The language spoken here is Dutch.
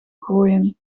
gooien